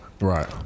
Right